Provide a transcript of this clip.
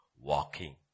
walking